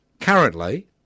currently